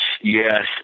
yes